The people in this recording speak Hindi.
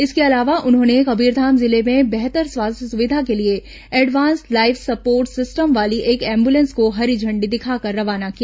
इसके अलावा उन्होंने कबीरघाम जिले में बेहतर स्वास्थ्य सुविधा के लिए एडवांस लाइफ सपोर्ट सिस्टम वाली एक एंबुलेंस को हरी झण्डी दिखाकर रवाना किया